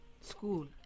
School